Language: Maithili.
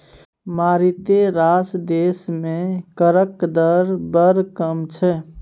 मारिते रास देश मे करक दर बड़ कम छै